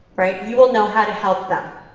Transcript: you will know how to help them.